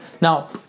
now